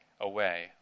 away